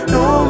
no